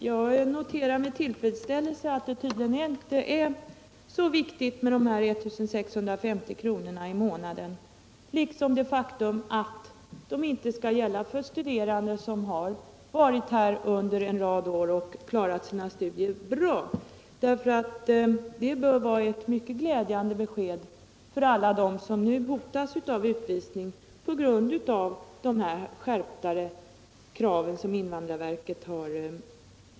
Herr talman! Jag noterar med tillfredsställelse att det tydligen inte är så viktigt med de 1650 kronorna i månaden och att de inte skall gälla för studerande som har varit här i landet under en rad år och klarat sina studier bra. Detta bör vara ett mycket glädjande besked för alla dem som nu hotas av utvisning på grund av de mera skärpta kraven från invandrarverket.